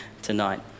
Tonight